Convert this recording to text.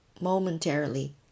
momentarily